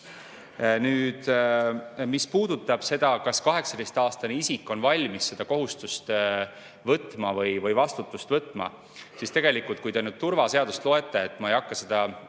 Nüüd, mis puudutab seda, kas 18-aastane isik on valmis seda kohustust võtma või vastutust võtma siis tegelikult, kui ta turvaseadust loete – ma ei hakka seda